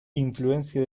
influencia